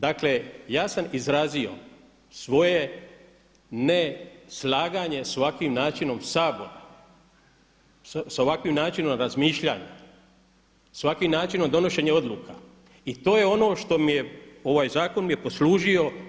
Dakle, ja sam izrazio svoje neslaganje s ovakvim načinom Sabora, sa ovakvim načinom razmišljanja, sa ovakvim načinom donošenja odluka i to je ono što mi je ovaj zakon mi je poslužio.